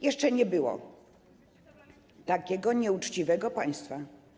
Jeszcze nie było takiego nieuczciwego państwa.